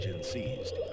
Seized